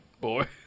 boy